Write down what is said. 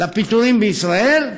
לפיטורים בישראל,